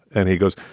and he goes,